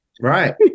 right